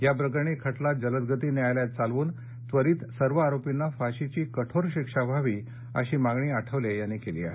या प्रकरणी खटला जलदगती न्यायालयात चालवून त्वरित सर्व आरोपींना फाशीची कठोर शिक्षा व्हावी अशी मागणी रामदास आठवले यांनी केली आहे